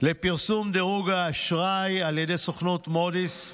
לפרסום דירוג האשראי על ידי סוכנות מודי'ס,